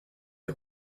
est